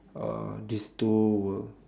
uh this two will